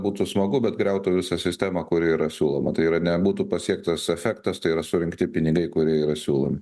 būtų smagu bet griautų visą sistemą kuri yra siūloma tai yra nebūtų pasiektas efektas tai yra surinkti pinigai kurie yra siūlomi